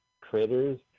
Critters